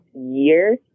year